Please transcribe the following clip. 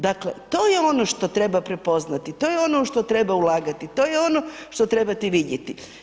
Dakle, to je ono što treba prepoznati, to je ono u što treba ulagati, to je ono što trebate vidjeti.